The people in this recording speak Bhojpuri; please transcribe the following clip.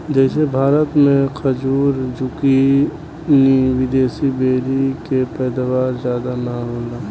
जइसे भारत मे खजूर, जूकीनी, विदेशी बेरी के पैदावार ज्यादा ना होला